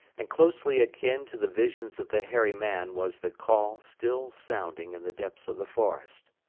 and closely akin to the visions of the hairy man was the call still sounding in the depths of the forest.